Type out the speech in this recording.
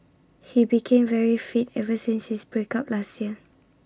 he became very fit ever since his break up last year